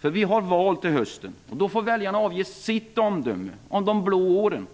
Till hösten har vi val. Då får väljarna avge sitt omdöme om de blå åren.